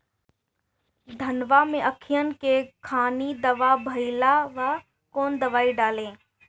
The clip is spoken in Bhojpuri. धनवा मै अखियन के खानि धबा भयीलबा कौन दवाई डाले?